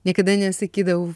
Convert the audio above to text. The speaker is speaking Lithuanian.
niekada nesakydavau